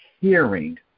hearing